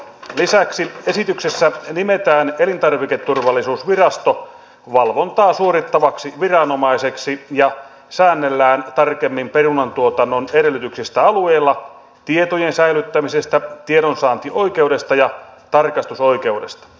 lisäksi esityksessä nimetään elintarviketurvallisuusvirasto valvontaa suorittavaksi viranomaiseksi ja säännellään tarkemmin perunantuotannon edellytyksistä alueilla tietojen säilyttämisestä tiedonsaantioikeudesta ja tarkastusoikeudesta